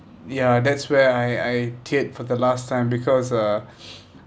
ya that's where I I teared for the last time because uh